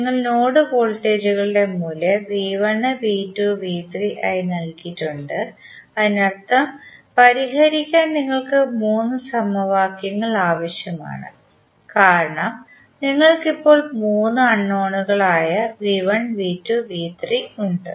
നിങ്ങൾ നോഡ് വോൾട്ടേജുകളുടെ മൂല്യം V1 V2 V3 ആയി നൽകിയിട്ടുണ്ട് അതിനർത്ഥം പരിഹരിക്കാൻ നിങ്ങൾക്ക് മൂന്ന് സമവാക്യങ്ങൾ ആവശ്യമാണ് കാരണം നിങ്ങൾക്ക് ഇപ്പോൾ മൂന്ന് അൺനോണുകൾ ആയ V1 V2 V3 ഉണ്ട്